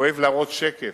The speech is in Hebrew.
אוהב להראות שקף,